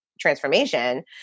transformation